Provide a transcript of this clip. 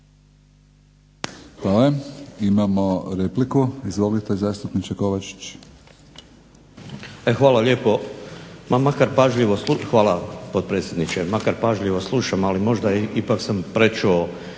Hvala. Imamo repliku. Izvolite zastupniče Kovačić.